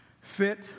Fit